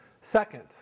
Second